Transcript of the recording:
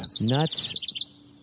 nuts